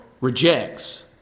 rejects